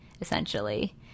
essentially